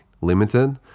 limited